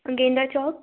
गेंदा चॉक